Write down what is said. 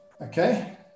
Okay